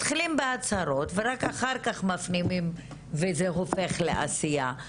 מתחילים בהצהרות ורק אחר כך מפנימים וזה הופך לעשייה.